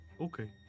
Okay